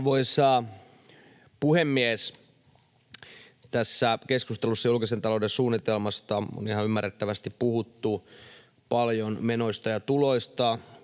Arvoisa puhemies! Tässä keskustelussa julkisen talouden suunnitelmasta on ihan ymmärrettävästi puhuttu paljon menoista ja tuloista,